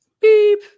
beep